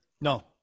No